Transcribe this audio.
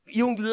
yung